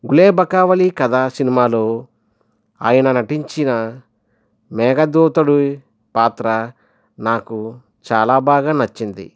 గులేబకావళి కథ సినిమాలో ఆయన నటించిన మేఘ దూతుడి పాత్ర నాకు చాలా బాగా నచ్చింది